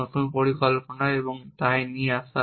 নতুন পরিকল্পনা এবং তাই নিয়ে আসা